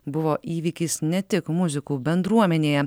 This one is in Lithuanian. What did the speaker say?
buvo įvykis ne tik muzikų bendruomenėje